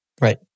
Right